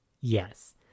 yes